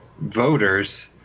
voters